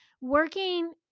Working